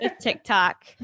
tiktok